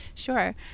Sure